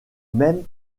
même